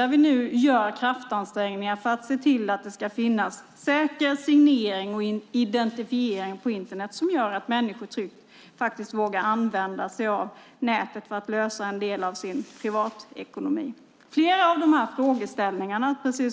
Där gör vi nu en kraftansträngning för att se till att det ska finnas säker signering och identifiering på Internet som gör att människor vågar använda sig av nätet för att lösa en del av sin privatekonomi.